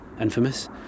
infamous